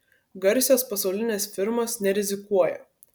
garsios pasaulinės firmos nerizikuoja